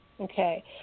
Okay